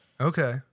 Okay